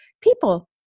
people